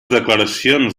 declaracions